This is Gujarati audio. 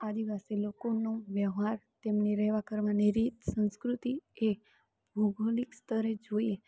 આદિવાસી લોકોનો વ્યવહાર તેમની રહેવા કરવાની રીત સંસ્કૃતિ એ ભૌગોલિક સ્તરે જોઈએ